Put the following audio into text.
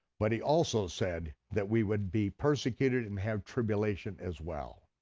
but he also said that we would be persecuted and have tribulation as well.